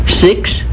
six